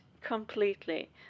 completely